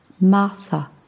Martha